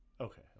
Okay